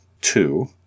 Two